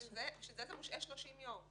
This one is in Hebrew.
בשביל זה יש השהיה של 30 יום.